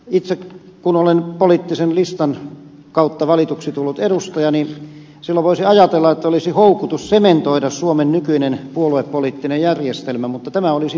itse kun olen poliittisen listan kautta valituksi tullut edustaja niin silloin voisi ajatella että olisi houkutus sementoida suomen nykyinen puoluepoliittinen järjestelmä mutta tämä olisi väärin